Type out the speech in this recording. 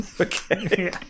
Okay